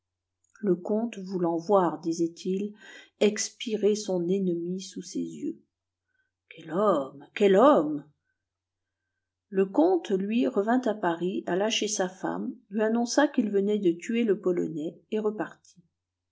le comte voulant voir disait-il expirer son ennemi sous ses yeux quel homme quel homme le comte lui revint à paris alla chez sa femme lui annonça qu'il venait de tuer le polonais et repartit